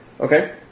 Okay